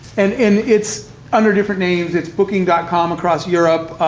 and and it's under different names. it's booking dot com across europe,